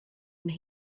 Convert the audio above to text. mae